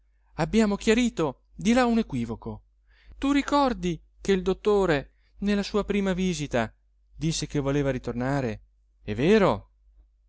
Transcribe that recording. abbiamo chiarito di là un equivoco tu ricordi che il dottore nella sua prima visita disse che voleva ritornare è vero